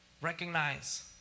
recognize